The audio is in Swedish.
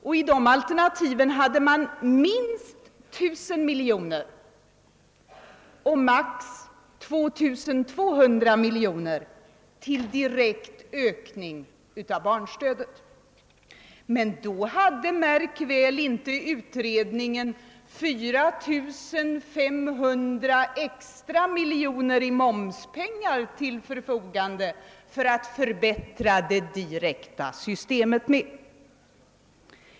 Enligt de alternativen skulle minst 1000 miljoner och maximalt 2 200 miljoner användas till direkt ökning av barnstödet, men märk väl att utredningen då inte hade 4 500 miljoner extra i momspengar till förfogande för att förbättra det direkta systemet.